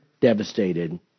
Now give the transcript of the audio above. devastated